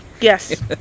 yes